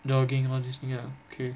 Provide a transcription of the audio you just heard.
not working all these thing ah okay